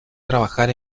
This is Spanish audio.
trabajar